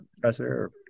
professor